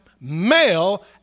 male